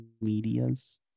medias